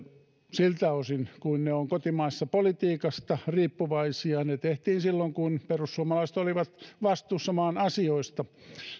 siltä osin kuin ne ovat kotimaisesta politiikasta riippuvaisia tehtiin silloin kun perussuomalaiset olivat vastuussa maan asioista